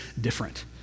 different